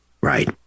Right